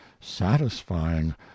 satisfying